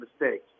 mistakes